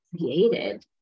created